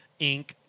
Inc